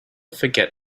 forget